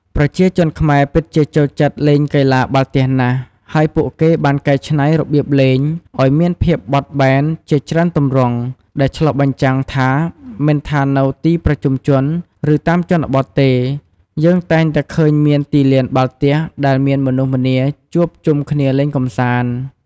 ប្រជាជនខ្មែរពិតជាចូលចិត្តលេងកីឡាបាល់ទះណាស់ ហើយពួកគេបានកែច្នៃរបៀបលេងឱ្យមានភាពបត់បែនជាច្រើនទម្រង់ ដែលឆ្លុះបញ្ចាំងថា មិនថានៅទីប្រជុំជន ឬតាមជនបទទេ យើងតែងតែឃើញមានទីលានបាល់ទះដែលមានមនុស្សម្នាជួបជុំគ្នាលេងកម្សាន្ត។